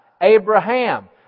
Abraham